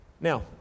Now